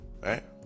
Right